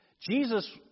Jesus